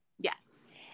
Yes